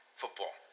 football